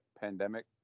pandemic